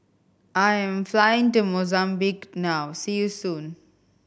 I am flying to Mozambique now see you soon